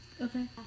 Okay